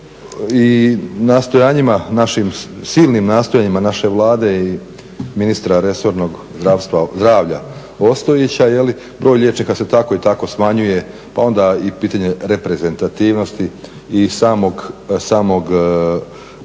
silnim nastojanjima naše Vlade i ministra resornog zdravlja Ostojića broj liječnika se tako i tako smanjuje pa onda i pitanje reprezentativnosti i samog dakle